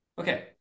Okay